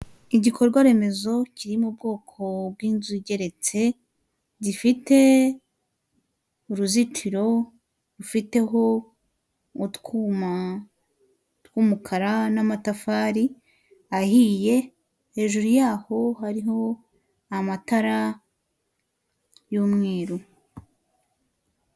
Igikorwa remezo kiri mu bwoko bw'inzu igeretse gifite uruzitiro rufiteho utwuma tw'umukara n'amatafari, ahiye hejuru yaho hariho amatara y'umweru.